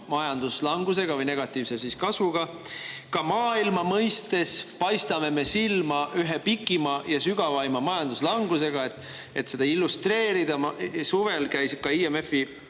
majanduslangusega või negatiivse kasvuga. Ka maailma mõistes paistame me silma ühe pikima ja sügavaima majanduslangusega. Illustreerin seda. Mina küll